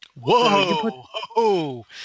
Whoa